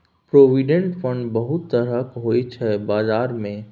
provident fund बहुत तरहक होइ छै बजार मे